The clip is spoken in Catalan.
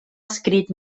escrit